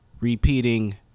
Repeating